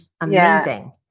amazing